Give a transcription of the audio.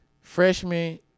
freshman